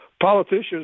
politicians